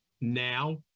now